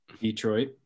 Detroit